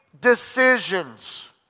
decisions